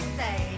say